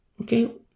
Okay